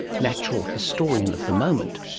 natural historian of the moment.